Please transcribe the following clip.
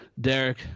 Derek